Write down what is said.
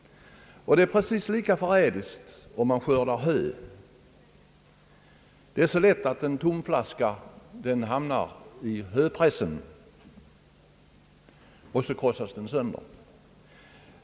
Det är precis lika förrädiskt, när man skördar hö. En tomflaska hamnar så lätt i höpressen, och där krossas den.